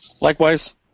Likewise